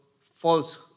false